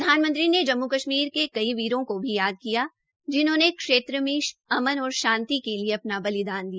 प्रधानमंत्री ने जम्मू कश्मीर के कई वीरों को भी याद किया जिन्होंने क्षेत्र में अमन और शांति के लिए अपना बलिदान दिया